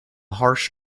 harsh